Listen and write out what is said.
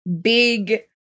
Big